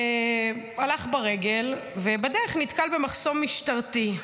הוא הלך ברגל ובדרך נתקל במחסום משטרתי.